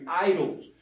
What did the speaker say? idols